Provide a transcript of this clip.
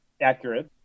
accurate